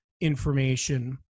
information